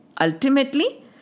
Ultimately